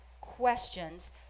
questions